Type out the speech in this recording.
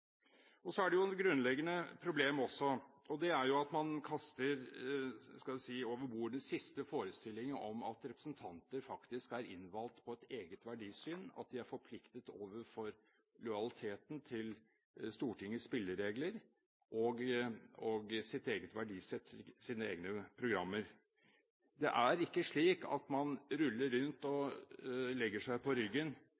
Så er det et grunnleggende problem at man kaster over bord den siste forestillingen om at representanter faktisk er innvalgt på eget verdisyn, og at de er forpliktet overfor lojaliteten til Stortingets spilleregler, sitt eget verdisett, sine egne programmer. Det er ikke slik at man ruller rundt